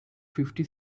fifty